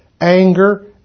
anger